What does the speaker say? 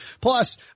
Plus